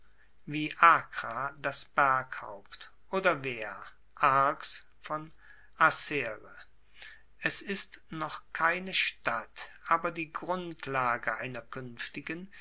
wie das berghaupt oder wehr arx von arcere er ist noch keine stadt aber die grundlage einer kuenftigen